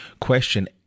question